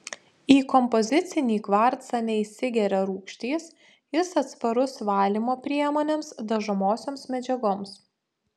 į kompozicinį kvarcą neįsigeria rūgštys jis atsparus valymo priemonėms dažomosioms medžiagoms